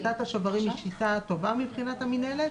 שיטת השוברים היא שיטה טובה מבחינת המינהלת?